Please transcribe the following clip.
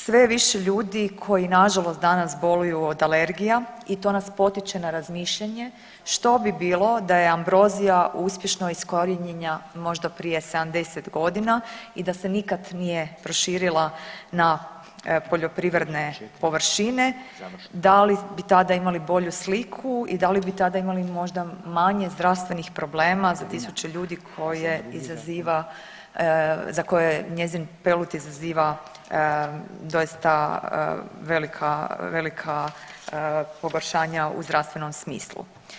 Sve je više ljudi koji nažalost danas boluju od alergija i to nas potiče na razmišljanje što bi bilo da je ambrozija uspješno iskorijenjena možda prije 70.g. i da se nikad nije proširila na poljoprivredne površine, da li bi tada imali bolju sliku i da li bi tada imali možda manje zdravstvenih problema za tisuće ljudi koje izaziva, za koje njezin pelud izaziva doista velika, velika pogoršanja u zdravstvenom smislu.